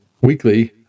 weekly